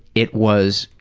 it was,